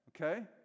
Okay